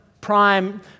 Prime